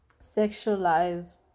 sexualize